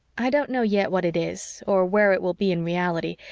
i don't know yet what it is, or where it will be in reality,